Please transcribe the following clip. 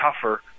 tougher